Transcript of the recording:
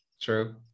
true